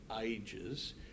ages